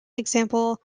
example